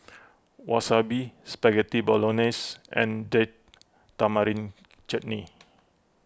Wasabi Spaghetti Bolognese and Date Tamarind Chutney